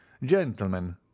Gentlemen